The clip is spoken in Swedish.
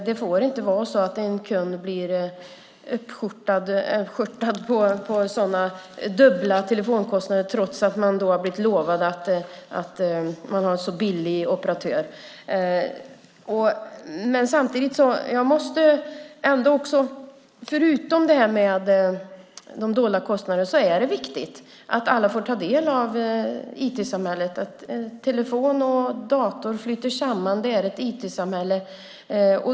Det får inte vara så att en kund blir uppskörtad av sådana dubbla telefonkostnader trots att man har blivit lovad att man har en billig operatör. Förutom de dolda kostnaderna är det viktigt att alla får ta del av IT-samhället. Telefon och dator flyter samman. Det är ett IT-samhälle.